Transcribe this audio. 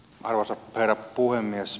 arvoisa herra puhemies